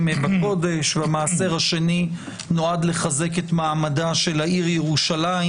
בקודש והמעשר השני נועד לחזק את מעמדה של העיר ירושלים,